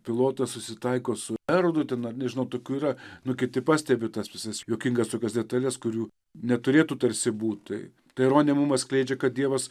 pilotas susitaiko su erodu ten ar nežinau tokių yra nu kiti pastebi tas visas juokingas tokias detales kurių neturėtų tarsi būt tai tai ironija mum atskleidžia kad dievas